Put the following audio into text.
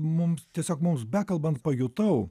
mum tiesiog mums bekalbant pajutau